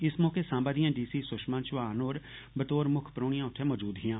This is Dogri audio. इस मौके साम्बा दियां डी सी सुषमा चौहान होर बतौर मुक्ख परौहनियां उत्थे मौजूद हियां